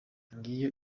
ngiyo